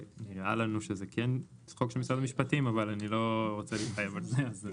נראה לנו שזה כן חוק של משרד המשפטים אבל אני לא רוצה להתחייב על זה.